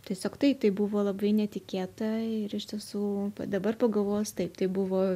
tiesiog tai tai buvo labai netikėta ir iš tiesų dabar pagalvojus taip tai buvo